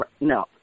No